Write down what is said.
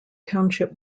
township